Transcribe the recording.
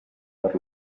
per